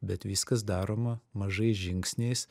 bet viskas daroma mažais žingsniais